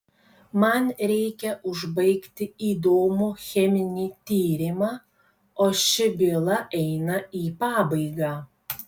man reikia užbaigti įdomų cheminį tyrimą o ši byla eina į pabaigą